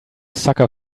sucker